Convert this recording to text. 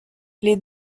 les